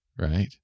Right